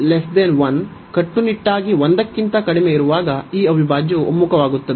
p 1 ಕಟ್ಟುನಿಟ್ಟಾಗಿ 1 ಕ್ಕಿಂತ ಕಡಿಮೆ ಇರುವಾಗ ಈ ಅವಿಭಾಜ್ಯವು ಒಮ್ಮುಖವಾಗುತ್ತದೆ